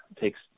takes